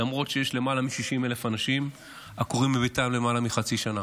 למרות שיש למעלה מ-60,000 אנשים עקורים מביתם למעלה מחצי שנה.